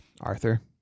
Arthur